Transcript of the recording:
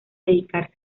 dedicarse